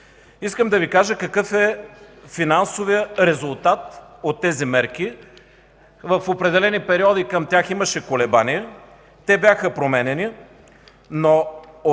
Искам да Ви кажа какъв е финансовият резултат от тези мерки. В определени периоди към тях имаше колебание, те бяха променяни, но от